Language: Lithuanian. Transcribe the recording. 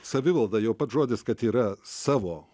savivalda jau pats žodis kad yra savo